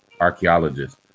archaeologists